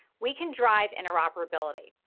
we can drive interoperability.